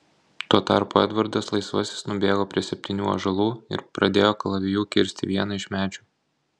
tuo tarpu edvardas laisvasis nubėgo prie septynių ąžuolų ir pradėjo kalaviju kirsti vieną iš medžių